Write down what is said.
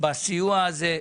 בסיוע הזה.